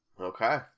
Okay